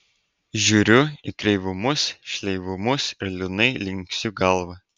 žiūriu į kreivumus šleivumus ir liūdnai linksiu galvą